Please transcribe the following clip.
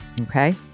okay